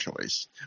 choice